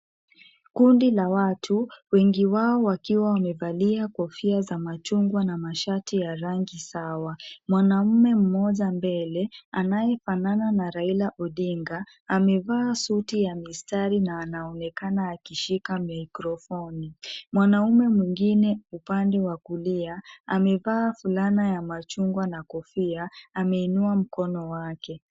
Kundi la watu, wengi wao wakiwa wamevalia kofia za machungwa na mashati ya rangi sawa. Mwanamme mmoja mbele, anayefanana na Raila Odinga, amevaa suti ya mistari na anaonekana akishika mikrofoni. Mwanamme mwingine upande wa kulia, amaevaa fulana ya machungwa na kofia, ameinua mkono wake.